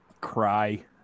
Cry